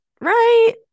right